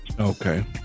Okay